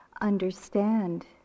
understand